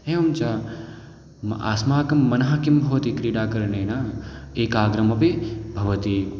एवं च म् अस्माकं मनः किं भवति क्रीडाकरणेन एकाग्रमपि भवति